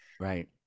Right